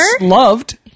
loved